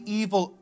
evil